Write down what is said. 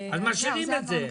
אז משאירים את זה.